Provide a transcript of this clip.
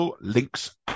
links